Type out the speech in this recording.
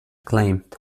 claimed